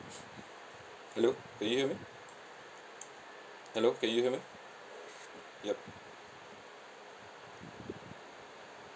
hello can you hear me hello can you hear me yup